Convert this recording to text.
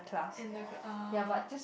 and the uh